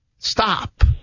Stop